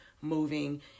moving